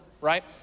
right